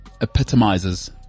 epitomizes